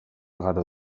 igaro